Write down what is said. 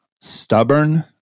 stubborn